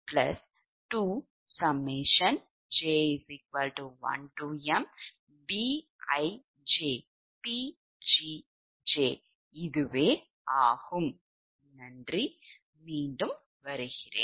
நன்றி நான் மீண்டும் வருகிறேன்